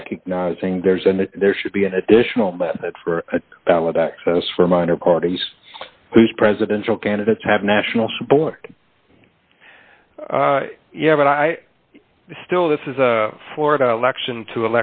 recognizing there's and that there should be an additional method for ballot access for minor parties whose presidential candidates have national support yeah but i still this is a florida election to